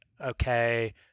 okay